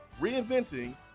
reinventing